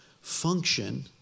function